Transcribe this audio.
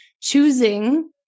choosing